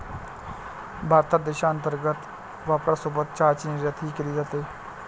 भारतात देशांतर्गत वापरासोबत चहाची निर्यातही केली जाते